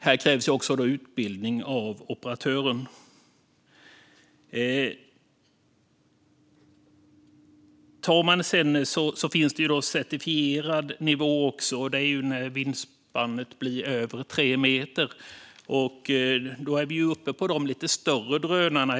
Här krävs också utbildning av operatören. Det finns också certifierad nivå. Det är när vingspannet blir över tre meter, och då är vi uppe på de lite större drönarna.